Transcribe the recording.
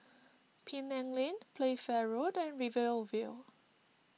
Penang Lane Playfair Road and Rivervale